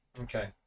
Okay